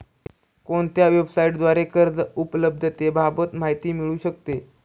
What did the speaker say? कोणत्या वेबसाईटद्वारे कर्ज उपलब्धतेबाबत माहिती मिळू शकते?